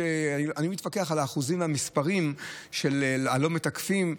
אני מתווכח על האחוזים והמספרים של הלא-מתקפים,